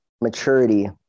maturity